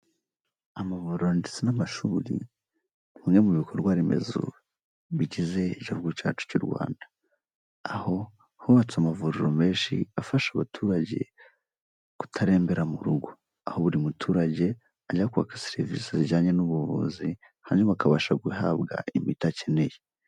Amavuriro ndetse n'amashuri, ni bimwe mu bikorwa remezo bigize igihugu cyacu cy'u Rwanda. Aho hubatse amavuriro menshi afasha abaturage kutarembera mu rugo. Aho buri muturage ajya kubaka serivisi zijyanye n'ubuvuzi, hanyuma akabasha guhabwa imiti akeneye.